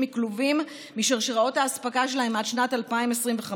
מכלובים משרשראות האספקה שלהם עד שנת 2025,